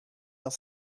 dans